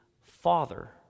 Father